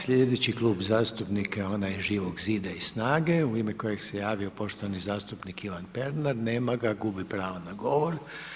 Slijedeći Klub zastupnika je onaj Živog zida i Snage u ime kojeg se javio poštovani zastupnik Ivan Pernar, nema ga, gubi pravo na govor.